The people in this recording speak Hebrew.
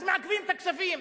אז מעכבים את הכספים.